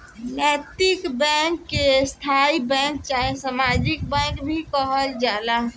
नैतिक बैंक के स्थायी बैंक चाहे सामाजिक बैंक भी कहल जाला